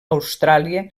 austràlia